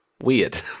weird